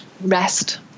rest